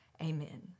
Amen